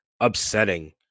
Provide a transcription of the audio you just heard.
upsetting